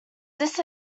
this